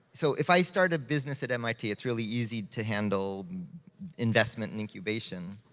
so if i start a business at mit, it's really easy to handle investment and incubation.